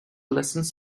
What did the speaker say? lessons